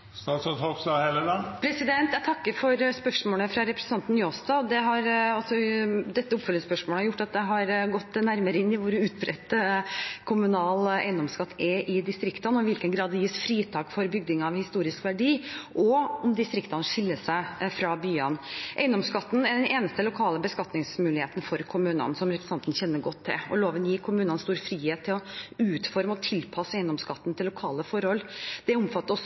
for spørsmålet fra representanten Njåstad. Dette oppfølgingsspørsmålet har gjort at jeg har gått nærmere inn i hvor utbredt kommunal eiendomsskatt er i distriktene, i hvilken grad det gis fritak for bygninger av historisk verdi, og om distriktene skiller seg fra byene. Eiendomsskatten er den eneste lokale beskatningsmuligheten for kommunene, som representanten kjenner godt til, og loven gir kommunene stor frihet til å utforme og tilpasse eiendomsskatten til lokale forhold.